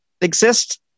exist